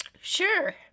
Sure